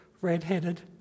red-headed